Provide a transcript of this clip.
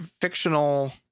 fictional